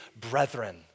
brethren